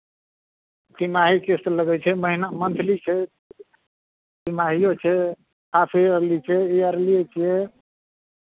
तिमाही किस्त लगै छै महिना मंथली छै तिमाहिओ छै हाफ इयरली छै इएरली छियै